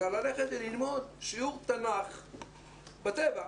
אלא ללכת וללמוד שיעור תנ"ך בטבע,